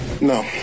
No